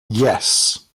yes